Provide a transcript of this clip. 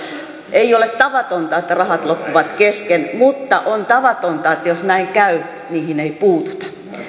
ei ole tavatonta että rahat loppuvat kesken mutta on tavatonta että jos näin käy niihin ei puututa